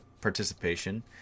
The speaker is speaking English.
participation